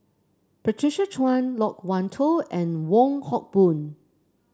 Patricia Chan Loke Wan Tho and Wong Hock Boon